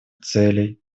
целей